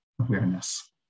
Awareness